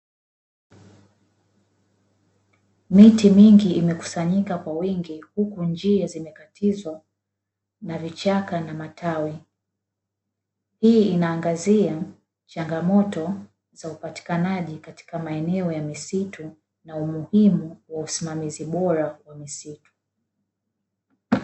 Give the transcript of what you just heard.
Miti mingi imekusanyika kwa wingi, huku njia zimekatizwa na vichaka na matawi. Hii inaangazia changamoto za upatikanaji katika maeneo ya misitu na umuhimu wa usimamizi bora wa misitu.